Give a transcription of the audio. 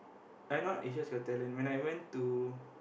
I not Asia's Got Talent when I went to